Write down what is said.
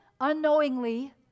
unknowingly